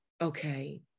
okay